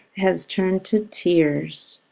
has turned to tears.